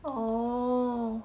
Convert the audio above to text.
orh